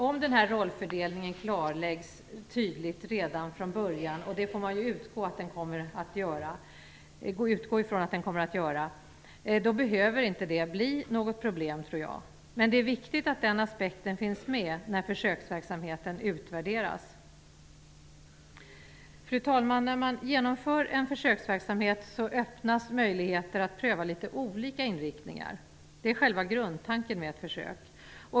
Om den här rollfördelningen klarläggs tydligt redan från början, och man får utgå från att så kommer att ske, behöver det inte bli något problem, tror jag. Men det är viktigt att den aspekten finns med när försöksverksamheten utvärderas. Fru talman! När man genomför en försöksverksamhet öppnas möjligheter att pröva litet olika inriktningar. Det är själva grundtanken med ett försök.